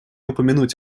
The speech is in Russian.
упомянуть